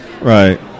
Right